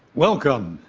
welcome!